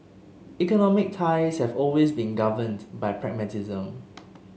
economic ties have always been governed by pragmatism